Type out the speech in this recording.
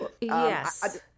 Yes